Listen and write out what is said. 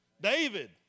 David